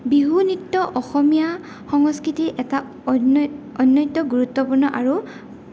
বিহু নৃত্য অসমীয়া সংস্কৃতিৰ এটা অন্য অনৈত্য গুৰুত্বপূৰ্ণ আৰু